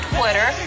Twitter